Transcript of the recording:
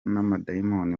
n’amadayimoni